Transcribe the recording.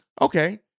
okay